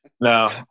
No